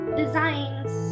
designs